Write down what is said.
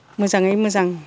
मोजाङै मोजां